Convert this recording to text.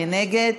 מי נגד?